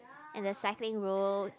and the cycling road